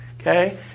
Okay